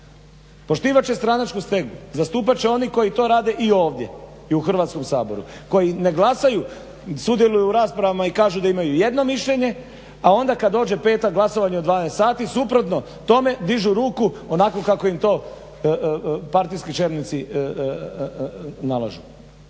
poštivat će stranačku stegu, zastupat će oni koji to rade i ovdje i u Hrvatskom saboru, koji ne glasaju sudjeluju u raspravama i kažu da imaju jedno mišljenje, a onda kada dođe petak glasovanje u 12,00 sati, suprotno tome dižu ruku onako kako im to partijski čelnici nalažu.